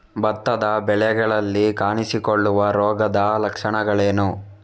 ಭತ್ತದ ಬೆಳೆಗಳಲ್ಲಿ ಕಾಣಿಸಿಕೊಳ್ಳುವ ರೋಗದ ಲಕ್ಷಣಗಳೇನು?